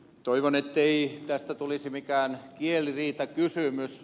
toivon ettei tästä tulisi mikään kieliriitakysymys